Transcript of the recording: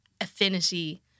affinity